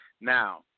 Now